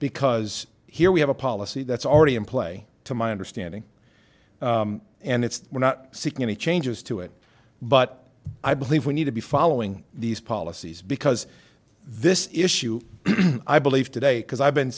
because here we have a policy that's already in play to my understanding and it's we're not seeking any changes to it but i believe we need to be following these policies because this issue i believe today because i've been